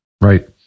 right